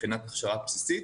מבחינת הכשרה בסיסית,